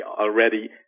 already